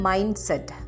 Mindset